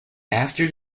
after